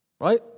right